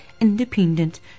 Independent